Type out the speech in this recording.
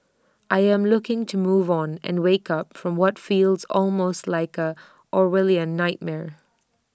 I am looking to move on and wake up from what feels almost like A Orwellian nightmare